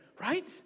right